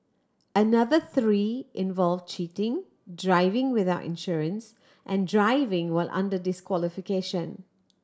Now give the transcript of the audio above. another three involve cheating driving without insurance and driving while under disqualification